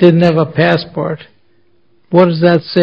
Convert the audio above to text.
didn't have a passport what does that say